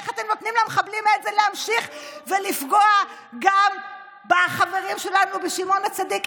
איך אתם נותנים למחבלים להמשיך ולפגוע גם בחברים שלנו בשמעון הצדיק?